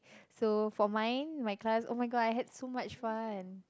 so for mine my class oh-my-god I had so much fun